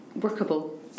workable